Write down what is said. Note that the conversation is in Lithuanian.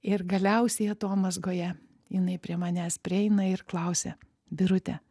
ir galiausiai atomazgoje jinai prie manęs prieina ir klausia birute